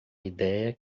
ideia